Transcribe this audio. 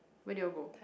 where did you all go